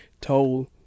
told